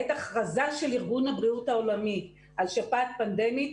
בעת הכרזה של ארגון הבריאות העולמי על שפעת פנדמית,